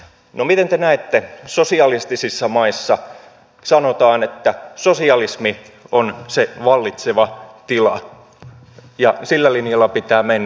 no miten te näette kun sanotaan sosialistisissa maissa että sosialismi on se vallitseva tila ja sillä linjalla pitää mennä